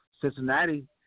Cincinnati